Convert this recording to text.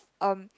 um